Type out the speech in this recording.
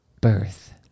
birth